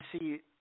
see